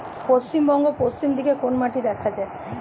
পশ্চিমবঙ্গ পশ্চিম দিকে কোন মাটি দেখা যায়?